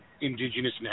indigenous